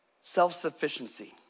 Self-sufficiency